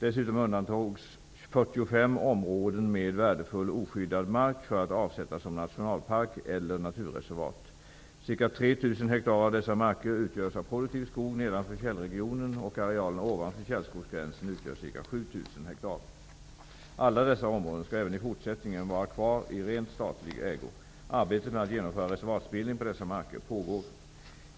Dessutom undantogs 45 områden med värdefull oskyddad mark för att avsättas som nationalpark eller naturreservat. Ca 3 000 ha av dessa marker utgörs av produktiv skog nedanför fjällregionen, och arealen ovanför fjällskogsgränsen utgör ca 7 000 ha. Alla dessa områden skall även i fortsättningen vara kvar i rent statlig ägo. Arbetet med att genomföra reservatsbildning på dessa marker pågår.